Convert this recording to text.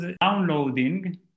downloading